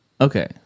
Okay